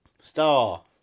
Star